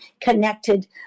connected